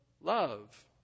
love